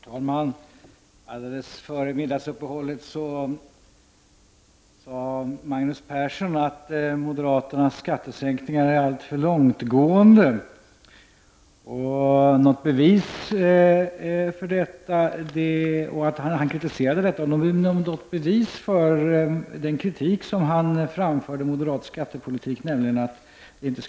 Herr talman! Alldeles före middagsuppehållet sade Magnus Persson att moderaternas skattesänkningsförslag är alltför långtgående. Men något bevis för att det inte skulle gå att genomföra moderat skattepolitik presenterade han inte.